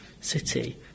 city